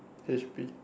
H P